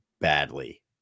badly